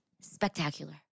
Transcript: spectacular